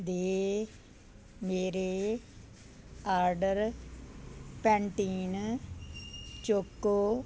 ਦੇ ਮੇਰੇ order Pantene choco